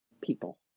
people